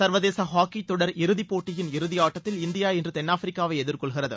சர்வதேச ஹாக்கி தொடர் இறுதி போட்டியின் இறுதி ஆட்டத்தில் இந்தியா இன்று தென்னாப்பிரிக்காவை எதிர்கொள்கிறது